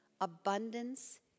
abundance